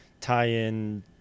tie-in